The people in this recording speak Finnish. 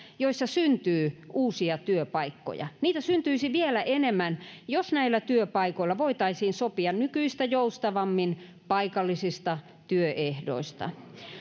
joissa syntyy uusia työpaikkoja niitä syntyisi vielä enemmän jos näillä työpaikoilla voitaisiin sopia nykyistä joustavammin paikallisista työehdoista